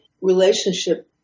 relationship